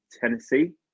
Tennessee